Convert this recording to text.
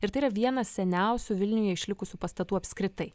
ir tai yra vienas seniausių vilniuje išlikusių pastatų apskritai